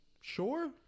Sure